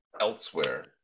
elsewhere